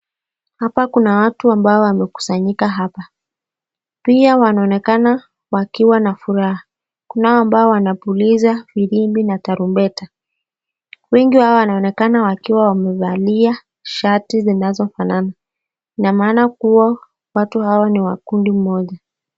Hapa kuna watu ambao wamekusanyika hapa. Pia wanaonekana wakiwa na furaha. Kunao ambao wanapuliza virimbi na tarubeta. Wengi wao wanaonekana wakiwa wamevalia shati zinazofanana, ina maana kuwa watu hawa ni wa kundi moja.